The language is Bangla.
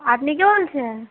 আপনি কে বলছেন